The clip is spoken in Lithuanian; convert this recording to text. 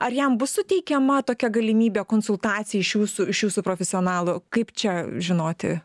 ar jam bus suteikiama tokia galimybė konsultacijai iš jūsų iš jūsų profesionalų kaip čia žinoti